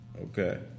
Okay